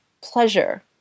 pleasure